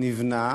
נבנה